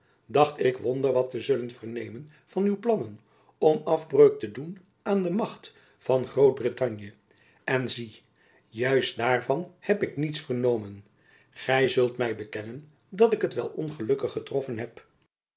dacht ik wonder wat te zullen vernemen van uw plannen om afbreuk te doen aan de macht van grootbrittanje en zie jacob van lennep elizabeth musch juist daarvan heb ik niets vernomen gy zult my bekennen dat ik het wel ongelukkig getroffen heb